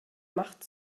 macht